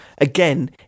Again